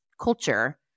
culture